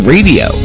Radio